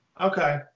Okay